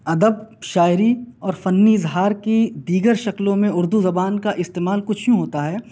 ادب شاعری اور فنی اظہار کی دیگر شکلوں میں اردو زبان کا استعمال کچھ یوں ہوتا ہے